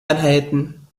anhalten